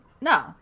No